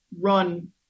run